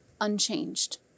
unchanged